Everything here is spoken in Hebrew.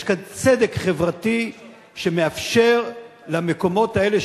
יש כאן צדק חברתי שמאפשר למקומות האלה,